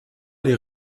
les